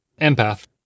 empath